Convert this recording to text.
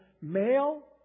Male